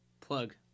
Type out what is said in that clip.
Plug